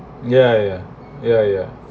ya ya ya ya